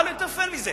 מה יותר פייר מזה?